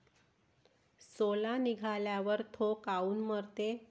सोला निघाल्यावर थो काऊन मरते?